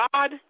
God